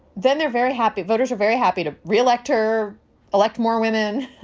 then they're very happy. voters are very happy to re-elect her elect, more women.